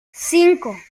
cinco